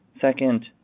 Second